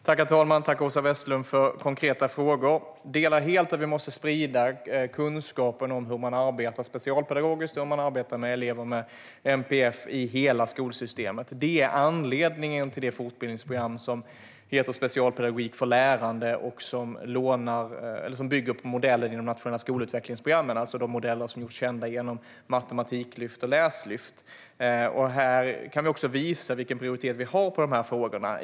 Herr talman! Tack, Åsa Westlund, för konkreta frågor! Jag håller helt med om att vi måste sprida kunskapen om hur man arbetar specialpedagogiskt och hur man arbetar med elever med NPF i hela skolsystemet. Detta är anledningen till det fortbildningsprogram som heter Specialpedagogik för lärande och som bygger på modellen i de nationella skolutvecklingsprogrammen, det vill säga de modeller som gjorts kända genom matematiklyft och läslyft. Här kan vi också visa vilken prioritet vi ger dessa frågor.